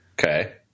Okay